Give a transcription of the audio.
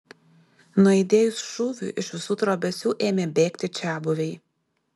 nuaidėjus šūviui iš visų trobesių ėmė bėgti čiabuviai